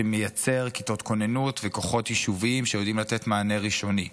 שמייצר כיתות כוננות וכוחות יישוביים שיודעים לתת מענה ראשוני.